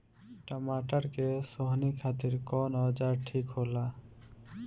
टमाटर के सोहनी खातिर कौन औजार ठीक होला?